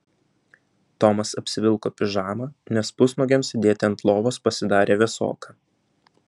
tomas apsivilko pižamą nes pusnuogiam sėdėti ant lovos pasidarė vėsoka